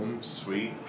sweet